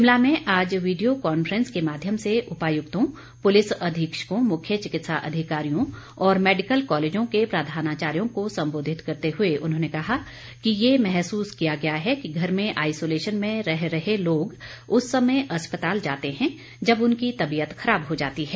शिमला में आज video conference के माध्यम से उपायुक्तों पुलिस अधीक्षकों मुख्य चिकित्सा अधिकारियों और मैडिकल कॉलेजों के प्रधानाचार्यों को संबोधित करते हुए उन्होंने कहा कि ये महसूस किया गया है कि घर में आइसोलेशन में रह रहे लोग उस समय अस्पताल जाते हैं जब उनकी तबीयत खराब हो जाती है